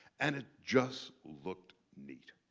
and it just looked neat.